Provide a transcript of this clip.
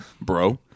bro